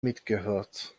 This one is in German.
mitgehört